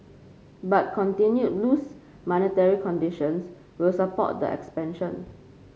but continued loose monetary conditions will support the expansion